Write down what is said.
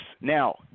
now